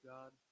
God